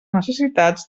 necessitats